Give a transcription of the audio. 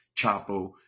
Chapo